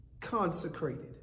consecrated